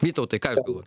vytautai ką jūs galvojat